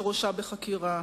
שראשה בחקירה: